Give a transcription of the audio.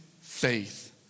faith